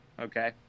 Okay